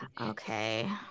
Okay